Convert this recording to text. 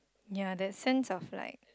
ya that sense of like